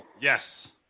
Yes